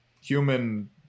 human